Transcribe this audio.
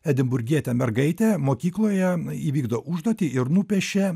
edinburgietė mergaitė mokykloje įvykdo užduotį ir nupieia